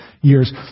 years